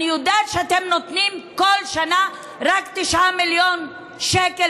אני יודעת שאתם נותנים כל שנה רק 9 מיליון שקל